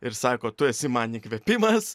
ir sako tu esi man įkvėpimas